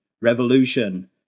revolution